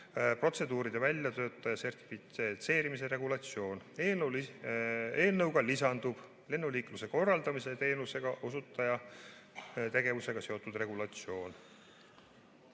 lennundusprotseduuride väljatöötaja sertifitseerimise regulatsioon. Eelnõuga lisandub lennuliikluse korraldamise ja teenuseosutaja tegevusega seotud regulatsioon.